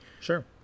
Sure